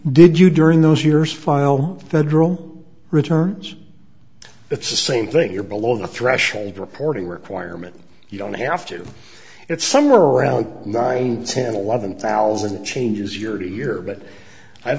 did you during those years file federal returns it's the same thing you're below the threshold reporting requirement you don't have to it's somewhere around nine ten eleven thousand changes year to year but i've